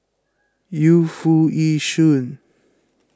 Yu Foo Yee Shoon